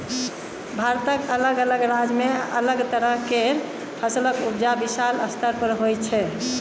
भारतक अलग अलग राज्य में अलग तरह केर फसलक उपजा विशाल स्तर पर होइ छै